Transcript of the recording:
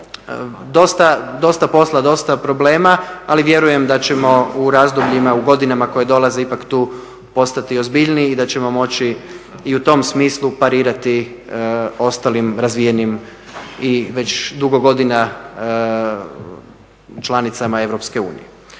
dosta posla, dosta problema ali vjerujem da ćemo u razdobljima u godinama koje dolaze ipak tu postati ozbiljniji i da ćemo moći i u tom smislu parirati ostalim razvijenim i već dugo godina članicama EU.